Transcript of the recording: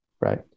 right